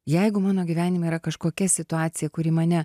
jeigu mano gyvenime yra kažkokia situacija kuri mane